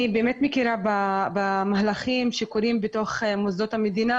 אני באמת מכירה במהלכים שקורים בתוך מוסדות המדינה,